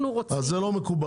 אנחנו רוצים --- אז זה לא מקובל.